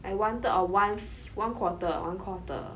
like one third or one f~ one quarter one quarter